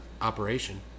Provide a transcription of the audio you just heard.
operation